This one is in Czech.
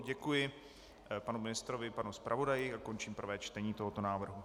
Děkuji panu ministrovi i panu zpravodaji a končím prvé čtení tohoto návrhu.